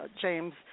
James